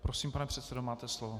Prosím, pane předsedo, máte slovo.